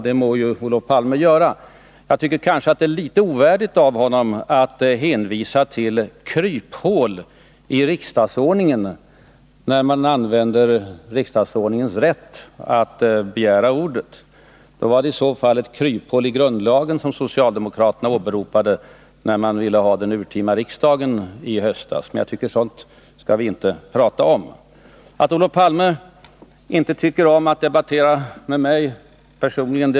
Det må Olof Palme göra, men jag tycker kanske att det är ovärdigt av honom att hänvisa till ”kryphål i riksdagsordningen” när man använder den där inskrivna rätten att begära ordet. Det var i så fall kryphål i grundlagen som socialdemokraterna åberopade när de i höstas ville ha det urtima riksmötet. Jag vet att Olof Palme inte tycker om att debattera med mig personligen.